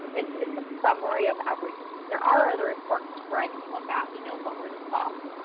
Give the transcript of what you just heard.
it's it's a summary of everything. there are other reports where i can look at, you know, what were the stops,